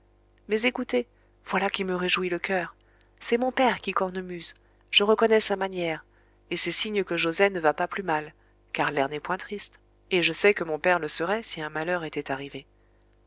mais écoutez voilà qui me réjouit le coeur c'est mon père qui cornemuse je reconnais sa manière et c'est signe que joset ne va pas plus mal car l'air n'est point triste et je sais que mon père le serait si un malheur était arrivé